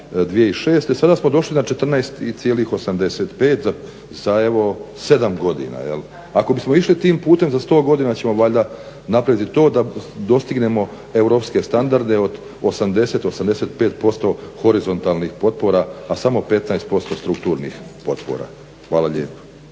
2006.sada smo došli na 14,85 za evo 7 godina. Ako bismo išli tim putem za 100 godina ćemo valjda napraviti to da dostignemo europske standarde od 80, 85% horizontalnih potpora, a samo 15% strukturnih potpora. Hvala lijepo.